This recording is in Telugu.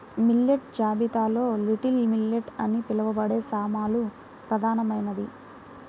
మిల్లెట్ జాబితాలో లిటిల్ మిల్లెట్ అని పిలవబడే సామలు ప్రధానమైనది